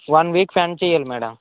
one week spend చెయ్యాలి madam